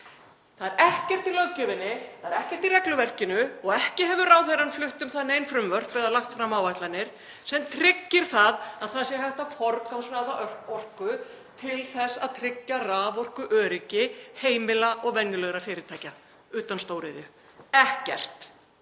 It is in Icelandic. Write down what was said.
Það er ekkert í löggjöfinni, það er ekkert í regluverkinu og ekki hefur ráðherrann flutt um það nein frumvörp eða lagt fram áætlanir sem tryggja það að hægt sé að forgangsraða orku til þess að tryggja raforkuöryggi heimila og venjulegra fyrirtækja utan stóriðju. Ekkert.